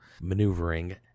maneuvering